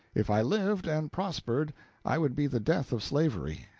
if i lived and prospered i would be the death of slavery,